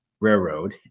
railroad